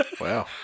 Wow